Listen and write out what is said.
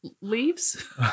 leaves